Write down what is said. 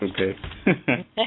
Okay